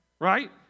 Right